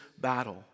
battle